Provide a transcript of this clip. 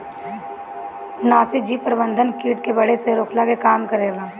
नाशीजीव प्रबंधन किट के बढ़े से रोकला के काम करेला